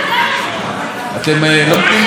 הלו, הלו, אנחנו רוצים ללכת.